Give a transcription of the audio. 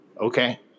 okay